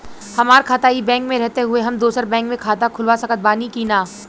हमार खाता ई बैंक मे रहते हुये हम दोसर बैंक मे खाता खुलवा सकत बानी की ना?